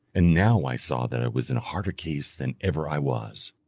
and now i saw that i was in a harder case than ever i was.